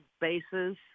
bases